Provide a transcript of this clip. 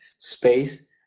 space